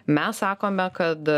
mes sakome kad